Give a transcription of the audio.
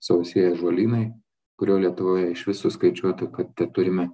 sausieji ąžuolynai kurio lietuvoje išvis suskaičiuota kad teturime